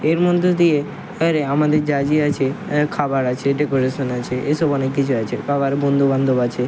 এর মধ্যে দিয়ে এবারে আমাদের যে আছে খাবার আছে ডেকরেশান আছে এসব অনেক কিছু আছে বাবার বন্ধু বান্ধব আছে